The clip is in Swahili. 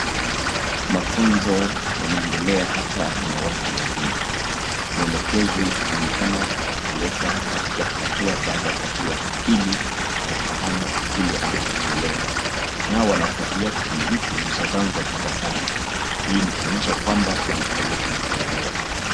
Mafunzo yanaendelea hapa ni ya watu wazima, mwelekezi anaonekana kuwapeleka katika hatua baada ya hatua ili kufahamu kile anachokieleza. Nao wanaofuatilia kipindi hiki nyuso zao ni za tabasamu, hii ni kuonyesha kwamba wanafurahia kile kinachoendelea.